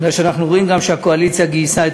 מפני שאנחנו רואים גם שהקואליציה גייסה את